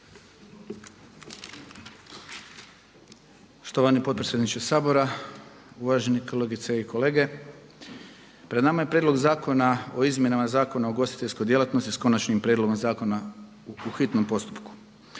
Štovani potpredsjedniče Sabora, uvaženi kolegice i kolege. Pred nama je Prijedlog zakona o izmjenama Zakona o ugostiteljskoj djelatnosti s konačnim prijedlogom zakona u hitnom postupku.